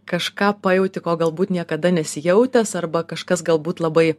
kažką pajauti ko galbūt niekada nesi jautęs arba kažkas galbūt labai